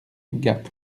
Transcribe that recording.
gap